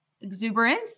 exuberance